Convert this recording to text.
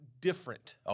different